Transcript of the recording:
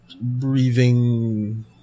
breathing